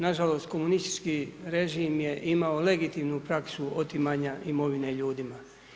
Nažalost, komunistički režim je imao legitimnu praksu otimanja imovine ljudima.